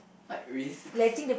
quite risks